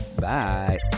bye